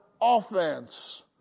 offense